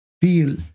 feel